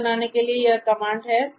बनाने के लिए यह कमांड है